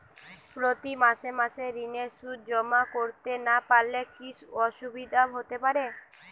প্রতি মাসে মাসে ঋণের সুদ জমা করতে না পারলে কি অসুবিধা হতে পারে?